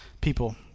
people